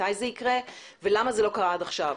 מתי זה יקרה ולמה זה לא קרה עד עכשיו.